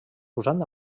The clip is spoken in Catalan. usant